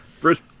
Bruce